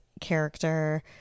character